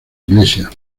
iglesia